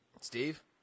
Steve